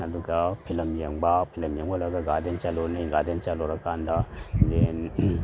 ꯑꯗꯨꯒ ꯐꯤꯂꯝ ꯌꯦꯡꯕ ꯐꯤꯂꯝ ꯌꯦꯡꯕ ꯂꯣꯏꯔꯒ ꯒꯥꯔꯗꯦꯟ ꯆꯠꯂꯨꯅꯤ ꯒꯥꯔꯗꯦꯟ ꯆꯠꯂꯨꯔ ꯀꯥꯟꯗ ꯌꯦꯟ